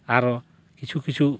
ᱟᱨᱚ ᱠᱤᱪᱷᱩ